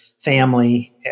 Family